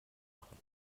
machen